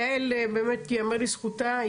יעל באמת יאמר לזכותה,